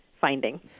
finding